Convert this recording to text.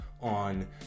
on